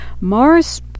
Mars